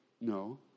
No